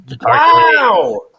Wow